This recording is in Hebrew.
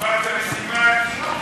קיבלת משימה.